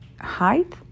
height